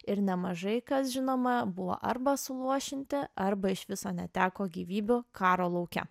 ir nemažai kas žinoma buvo arba suluošinti arba iš viso neteko gyvybių karo lauke